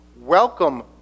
welcome